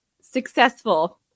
successful